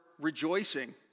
rejoicing